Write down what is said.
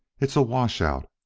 it's a washout!